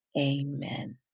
Amen